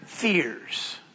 Fears